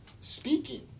speaking